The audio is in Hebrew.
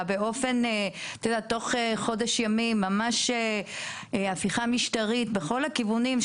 היא ממש הפיכה משטרית בכל הכיוונים.